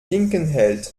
linkenheld